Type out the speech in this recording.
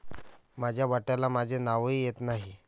माझ्या वाट्याला माझे नावही येत नाही